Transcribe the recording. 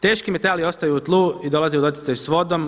Teški metali ostaju u tlu i dolaze u doticaj sa vodom.